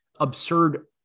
absurd